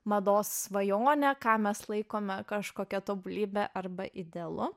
mados svajone ką mes laikome kažkokia tobulybe arba idealu